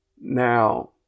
Now